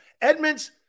Edmonds